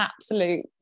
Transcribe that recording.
absolute